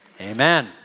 amen